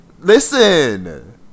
Listen